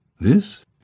This